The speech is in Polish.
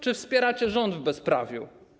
Czy wspieracie rząd w bezprawiu?